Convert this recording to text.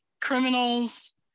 criminals